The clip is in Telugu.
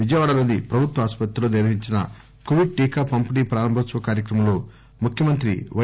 విజయవాడలోని ప్రభుత్వ ఆసుపత్రిలో నిర్వహించిన కొవిడ్ టీకా పంపిణీ ప్రారంభోత్సవ కార్యక్రమంలో ముఖ్యమంత్రి పై